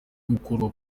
gukorwa